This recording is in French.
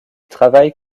travaille